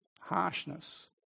harshness